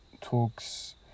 talks